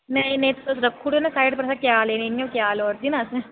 नेईं नेईं तुस रक्खो साइड पर क्या लैनी नां क्या लोड़दी नां असें